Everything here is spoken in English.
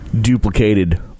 duplicated